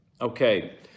Okay